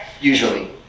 Usually